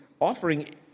offering